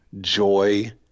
joy